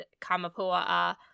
Kamapua'a